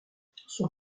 son